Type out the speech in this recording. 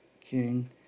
king